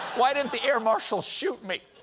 why didn't the air marshals shoot me?